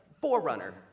forerunner